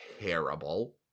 terrible